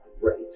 great